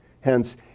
Hence